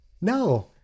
No